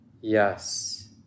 yes